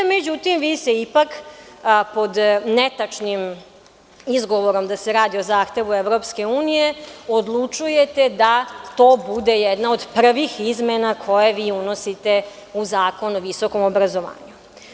Međutim, vi se ipak pod netačnim izgovorom da se radi o zahtevu EU odlučujete da to bude jedna od prvih izmena koje vi unosite u Zakon o visokom obrazovanju.